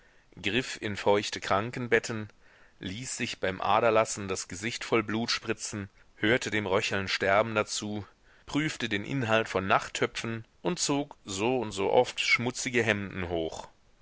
griff in feuchte krankenbetten ließ sich beim aderlassen das gesicht voll blut spritzen hörte dem röcheln sterbender zu prüfte den inhalt von nachttöpfen und zog so und so oft schmutzige hemden hoch